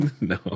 No